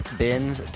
bins